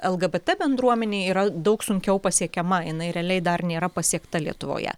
lgbt bendruomenei yra daug sunkiau pasiekiama jinai realiai dar nėra pasiekta lietuvoje